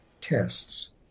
tests